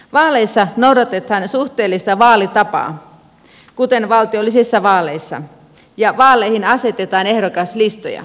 vaaleissa noudatetaan suhteellista vaalitapaa kuten valtiollisissa vaaleissa ja vaaleihin asetetaan ehdokaslistoja